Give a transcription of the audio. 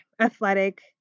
athletic